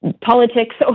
politics